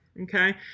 okay